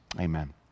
amen